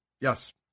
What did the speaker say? Yes